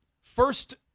first